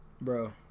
bro